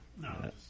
No